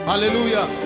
Hallelujah